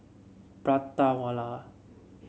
Prata Wala